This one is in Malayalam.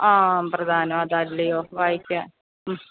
ആ പ്രധാനം അതല്ലയോ വായിക്കാൻ